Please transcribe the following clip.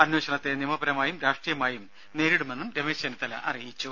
അന്വേഷണത്തെ നിയമപരമായും രാഷ്ട്രീയമായും നേരിടുമെന്നും രമേശ് ചെന്നിത്തല അറിയിച്ചു